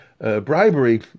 bribery